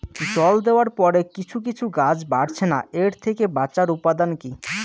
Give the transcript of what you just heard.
জল দেওয়ার পরে কিছু কিছু গাছ বাড়ছে না এর থেকে বাঁচার উপাদান কী?